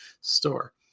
store